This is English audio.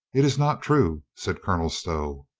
it is not true, said colonel stow.